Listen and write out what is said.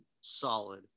solid